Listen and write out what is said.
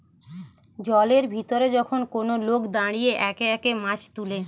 জলের ভিতরে যখন কোন লোক দাঁড়িয়ে একে একে মাছ তুলে